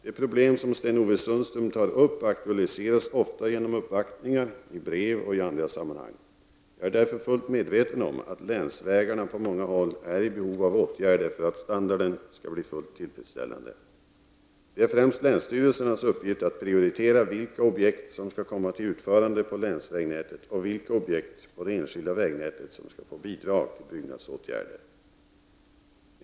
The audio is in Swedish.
De problem som Sten-Ove Sundström tar upp aktualiseras ofta genom uppvaktningar, i brev och i andra sammanhang. Jag är därför fullt medveten om att länsvägarna på många håll är i behov av åtgärder för att standarden skall bli fullt tillfredsställande. Det är främst länsstyrelsens uppgift att prioritera vilka objekt som skall komma till utförande på länsvägnätet och vilka objekt på det enskilda vägnätet som skall få bidrag till byggnadsåtgärder.